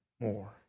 more